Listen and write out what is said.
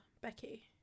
Becky